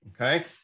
okay